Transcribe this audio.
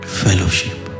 fellowship